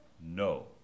no